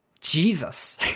Jesus